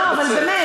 לא, אבל באמת.